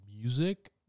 music